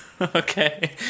Okay